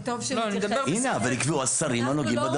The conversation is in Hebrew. הנה, אבל "יקבעו השרים הנוגעים בדבר".